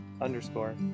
underscore